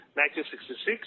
1966